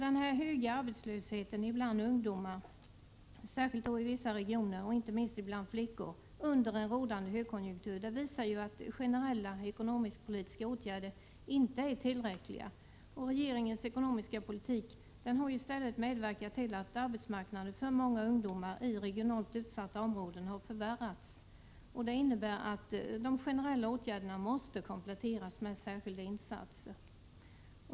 Denna höga arbetslöshet bland ungdomar, särskilt i vissa regioner och inte minst bland flickor, under rådande högkonjunktur visar att generella ekonomisk — politiska åtgärder inte är tillräckliga. Regeringens ekonomiska politik har i stället medverkat till att arbetsmarknaden för många ungdomar i regionalt utsatta områden har förvärrats. De generella åtgärderna måste därför kompletteras med särskilda insatser.